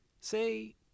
say